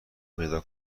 پیدا